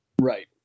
Right